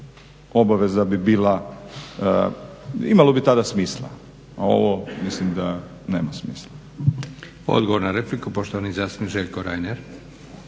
obaveza bi bila imalo bi tada smisla. A ovo mislim da nema smisla.